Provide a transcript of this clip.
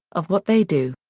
of what they do.